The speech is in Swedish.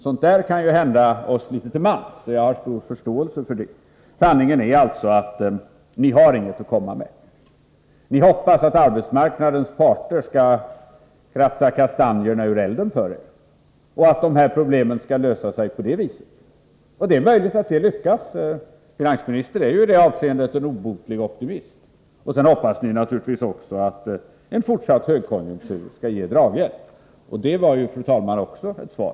Sådant kan hända oss litet till mans, och jag har stor förståelse för det. Sanningen är alltså att ni inte har något att komma med. Ni hoppas att arbetsmarknadens parter skall kratsa kastanjerna ur elden åt er och att dessa problem skall lösa sig på det viset. Det är möjligt att det lyckas. Finansministern är ju i det avseendet en obotlig optimist. Sedan hoppas regeringen naturligtvis också att en fortsatt högkonjunktur skall ge draghjälp. Fru talman! Vad finansministern nu sagt var ju också ett svar.